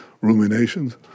ruminations